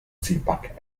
zipak